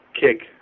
kick